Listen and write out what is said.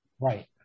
Right